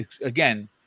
again